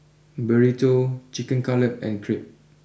Burrito Chicken Cutlet and Crepe